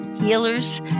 healers